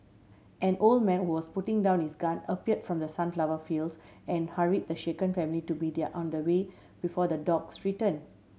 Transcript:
an old man who was putting down his gun appeared from the sunflower fields and hurried the shaken family to be their on the way before the dogs return